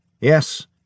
Yes